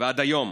ועד היום